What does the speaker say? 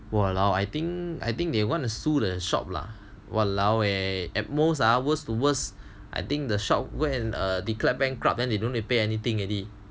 !walao! I think I think they want to sue the shop lah !walaoeh! at most ah worse to worse I think the shop go and declare bankrupt then they don't need pay anything already